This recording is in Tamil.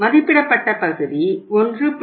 மதிப்பிடப்பட்ட பகுதி 1